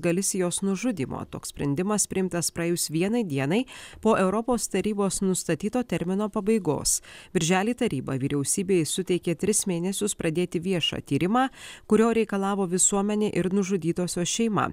galisijos nužudymo toks sprendimas priimtas praėjus vienai dienai po europos tarybos nustatyto termino pabaigos birželį taryba vyriausybei suteikė tris mėnesius pradėti viešą tyrimą kurio reikalavo visuomenė ir nužudytosios šeima